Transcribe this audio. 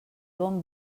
bon